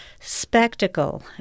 spectacle